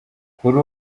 kuri